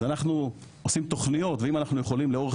אז אנחנו עושים תוכניות ואם אנחנו יכולים לאורך